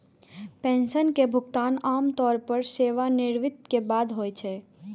pension के भुगतान आम तौर पर सेवानिवृत्ति के बाद होइ छै